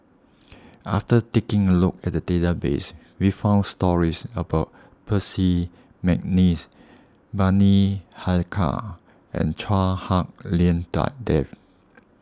after taking a look at the database we found stories about Percy McNeice Bani Haykal and Chua Hak Lien Da Dave